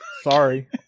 Sorry